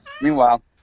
Meanwhile